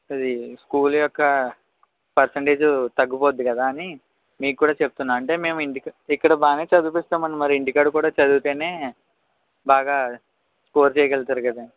అది స్కూల్ యొక్క పర్సంటేజ్ తగ్గిపోతుంది కదా అని మీకు కూడా చెప్తున్నాను అంటే మేము ఇక్కడ బాగానే చదివిస్తున్నామండీ మరి ఇంటి కాడ కూడా చదివితేనే బాగా స్కోర్ చేయగలుగుతారు కదా